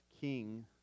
king